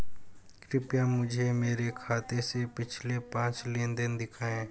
कृपया मुझे मेरे खाते से पिछले पांच लेनदेन दिखाएं